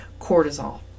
cortisol